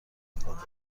کنم